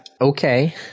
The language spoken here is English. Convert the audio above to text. Okay